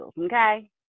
Okay